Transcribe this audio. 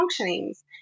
functionings